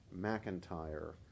McIntyre